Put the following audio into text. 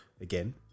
again